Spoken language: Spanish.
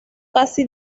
casi